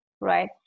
Right